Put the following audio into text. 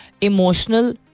emotional